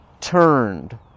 turned